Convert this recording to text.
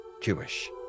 Jewish